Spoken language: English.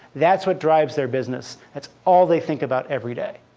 that's what drives their business. that's all they think about every day.